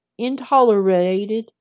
intolerated